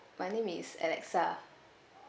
my name is alexa